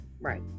right